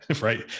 right